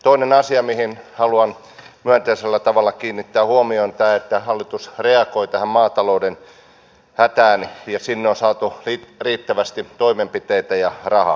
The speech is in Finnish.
toinen asia mihin haluan myönteisellä tavalla kiinnittää huomion on tämä että hallitus reagoi tähän maatalouden hätään ja sinne on saatu riittävästi toimenpiteitä ja rahaa